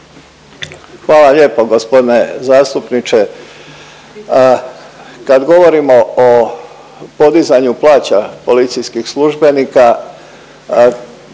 Hvala lijepa gospodine zastupniče. Kad govorimo o podizanju plaća policijskih službenika